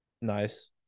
nice